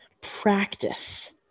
practice